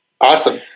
Awesome